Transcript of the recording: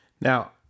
Now